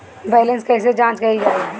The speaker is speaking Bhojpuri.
बैलेंस कइसे जांच कइल जाइ?